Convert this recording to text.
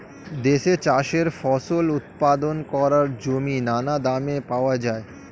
দেশে চাষের ফসল উৎপাদন করার জমি নানা দামে পাওয়া যায়